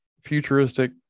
futuristic